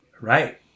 Right